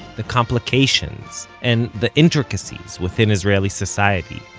the complications and the intricacies within israeli society